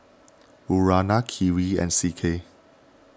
Urana Kiwi and C K